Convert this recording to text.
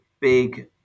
big